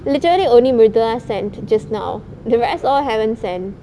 literally only miruthulaa sent just now the rest all haven't send